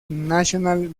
national